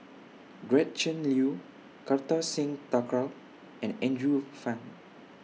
Gretchen Liu Kartar Singh Thakral and Andrew Phang